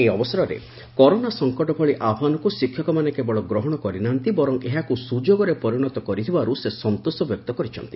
ଏହି ଅବସରରେ କରୋନା ସଙ୍କଟ ଭଳି ଆହ୍ୱାନକୁ ଶିକ୍ଷକମାନେ କେବଳ ଗ୍ରହଣ କରି ନାହାନ୍ତି ବରଂ ଏହାକୁ ସୁଯୋଗରେ ପରିଣତ କରିଥିବାରୁ ସେ ସନ୍ତୋଷ ବ୍ୟକ୍ତ କରିଛନ୍ତି